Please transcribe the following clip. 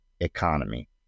economy